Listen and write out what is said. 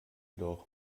doch